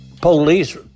police